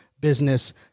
Business